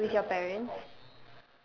but with your parents